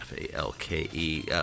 F-A-L-K-E